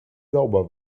sauber